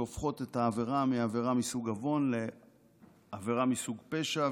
שהופכות את העבירה מעבירה מסוג עוון לעבירה מסוג פשע,